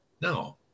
No